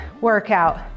workout